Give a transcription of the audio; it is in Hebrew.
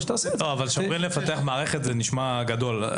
כשאומרים לפתח מערכת זה נשמע גדול.